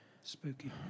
Spooky